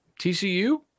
TCU